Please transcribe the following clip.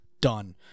done